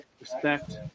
Respect